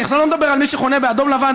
אני עכשיו לא מדבר על מי שחונה באדום לבן,